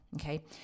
Okay